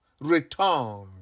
returned